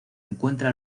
encuentra